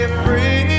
free